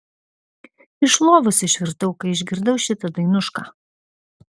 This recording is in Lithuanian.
iš lovos išvirtau kai išgirdau šitą dainušką